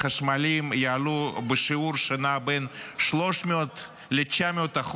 חשמליים יעלו בשיעור שנע בין 300% ל-900%,